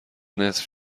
نصف